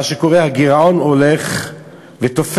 מה שקורה, הגירעון הולך ותופח,